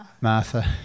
Martha